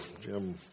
Jim